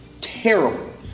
terrible